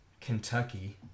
Kentucky